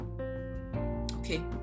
okay